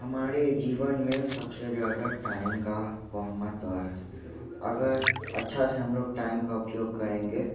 हमारे जीवन में सबसे ज़्यादा टाइम का महत्व है अगर अच्छा से हम लोग टाइम का उपयोग करेंगे